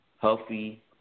healthy